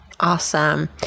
Awesome